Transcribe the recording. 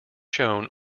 shown